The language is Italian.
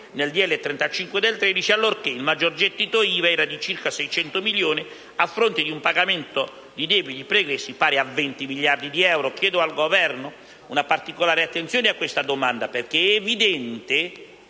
n. 35 del 2013, allorché il maggior gettito IVA era di circa 600 milioni a fronte di un pagamento di debiti pregressi pari a 20 miliardi di euro. Chiedo al Governo una particolare attenzione riguardo a tale quesito, perché è evidente